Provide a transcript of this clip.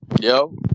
Yo